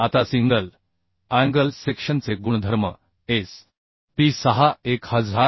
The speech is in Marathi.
आता सिंगल अँगल सेक्शनचे गुणधर्म S